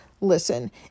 listen